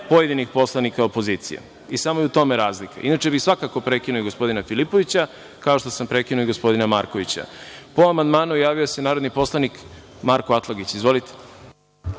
pojedinih poslanika opozicije. Samo je u tome razlika, inače bih svakako prekinuo i gospodina Filipovića, kao što sam prekinuo i gospodina Markovića. Po amandmanu, javio se narodni poslanik Marko Atlagić, izvolite.